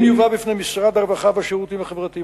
אם יובא בפני משרד הרווחה והשירותים החברתיים